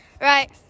Right